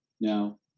Now